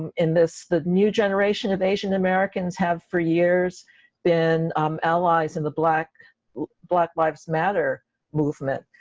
and in this the new generation of asian americans have for years been allies in the black black lives matter movement,